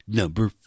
number